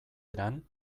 eran